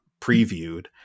previewed